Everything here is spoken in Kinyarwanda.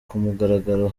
kumugaragaro